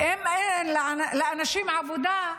ואם אין לאנשים עבודה,